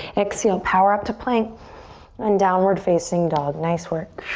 exhale, power up to plank and downward facing dog. nice work.